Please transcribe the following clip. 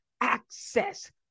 access